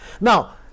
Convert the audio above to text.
Now